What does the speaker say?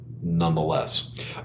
nonetheless